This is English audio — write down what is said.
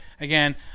Again